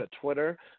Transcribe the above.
Twitter